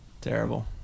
Terrible